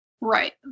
right